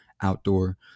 outdoor